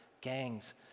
gangs